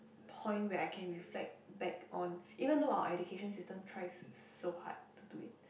point where I can reflect back on even though our education system tries so hard to do it